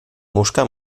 muszka